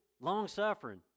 Long-suffering